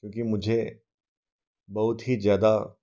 क्योंकि मुझे बहुत ही ज़्यादा